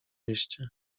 mieście